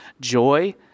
joy